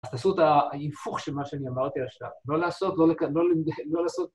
אז תעשו את ההפוך של מה שאני אמרתי עכשיו. לא לעשות, לא לעשות...